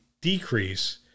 decrease